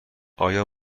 آیا